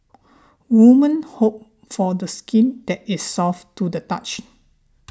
women hope for the skin that is soft to the touch